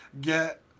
get